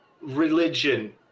religion